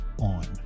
on